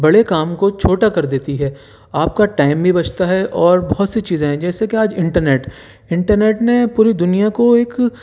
بڑے کام کو چھوٹا کر دیتی ہے آپ کا ٹائم بھی بچتا ہے اور بہت سی چیزیں ہیں جیسے کہ آج انٹرنیٹ انٹرنیٹ نے پوری دنیا کو ایک